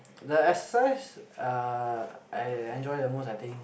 the exercise uh I enjoy the most I think